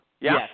Yes